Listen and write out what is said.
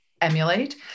emulate